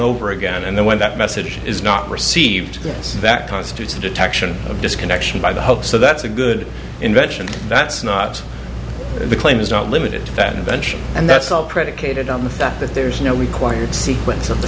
over again and then when that message is not received yes that constitutes the detection of disconnection by the hope so that's a good invention that's not the claim is not limited to fat invention and that's all predicated on the fact that there's require no sequence of the